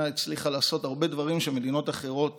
הצליחה לעשות הרבה דברים שמדינות אחרות